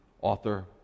author